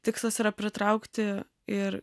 tikslas yra pritraukti ir